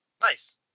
nice